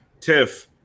Tiff